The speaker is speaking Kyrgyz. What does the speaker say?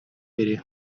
бири